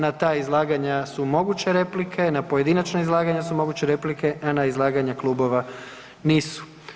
Na ta izlaganja su moguće replike, na pojedinačna izlaganja su moguće replike, a na izlaganje klubova nisu.